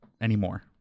anymore